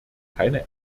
keine